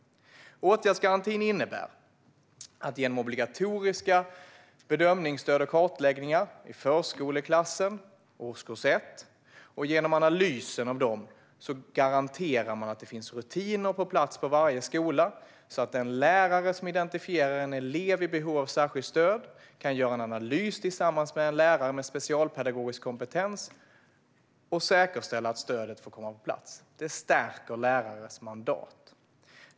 Åtgärdsgarantin innebär att man genom analyser av obligatoriska bedömningsstöd och kartläggningar i förskoleklassen och årskurs 1 garanterar att det finns rutiner på plats i varje skola så att en lärare som identifierar en elev i behov av särskilt stöd tillsammans med en lärare med specialpedagogisk kompetens kan göra en analys för att säkerställa att stödet kommer på plats. Det stärker lärarens mandat.